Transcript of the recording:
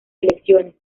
elecciones